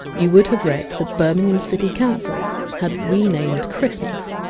you would have read that birmingham city council had renamed christmas!